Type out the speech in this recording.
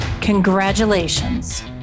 Congratulations